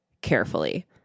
carefully